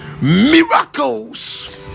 miracles